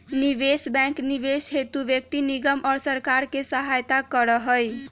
निवेश बैंक निवेश हेतु व्यक्ति निगम और सरकार के सहायता करा हई